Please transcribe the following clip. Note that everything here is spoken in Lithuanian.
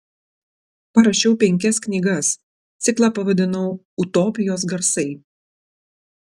parašiau penkias knygas ciklą pavadinau utopijos garsai